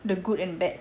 the good and bad